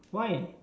why